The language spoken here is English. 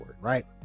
right